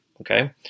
Okay